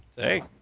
hey